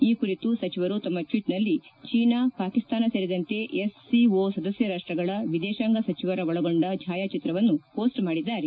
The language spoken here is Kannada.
ಈ ಕುರಿತು ಸಚಿವರು ತಮ್ಮ ಟ್ಟೀಟ್ನಲ್ಲಿ ಚೀನಾ ಪಾಕಿಸ್ತಾನ ಸೇರಿದಂತೆ ಎಸ್ಸಿಒ ಸದಸ್ಯ ರಾಷ್ಟಗಳ ವಿದೇಶಾಂಗ ಸಚಿವರ ಒಳಗೊಂಡ ಛಾಯಾಚಿತ್ರವನ್ನು ಮೋಸ್ಟ್ ಮಾಡಿದ್ದಾರೆ